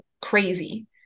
crazy